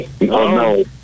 no